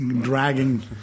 dragging